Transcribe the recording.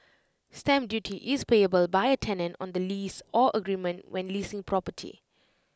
stamp duty is payable by A tenant on the lease or agreement when leasing property